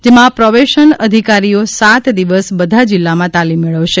જેમાં પ્રોબેશન અધિકારી ઓ સાત દિવસ બધા જિલ્લામાં તાલીમ મેળવશે